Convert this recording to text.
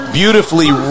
beautifully